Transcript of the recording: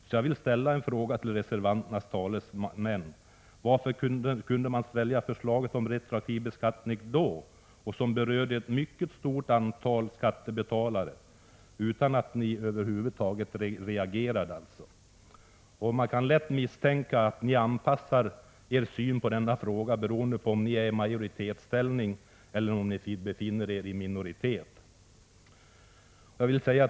Så jag vill ställa en fråga till reservanternas talesmän: Varför kunde man svälja förslaget om retroaktiv beskattning då, som berörde ett mycket stort antal skattebetalare, utan att över huvud taget reagera? Det är lätt att misstänka att ni anpassar er syn på denna fråga beroende på om ni är i majoritetsställning eller befinner er i minoritet.